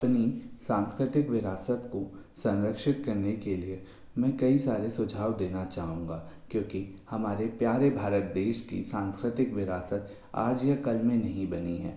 अपनी सांस्कृतिक विरासत को संरक्षित करने के लिए मैं कई सारे सुझाव देना चाहूँगा क्योंकि हमारे प्यारे भारत देश की सांस्कृतिक विरासत आज या कल में नहीं बनी है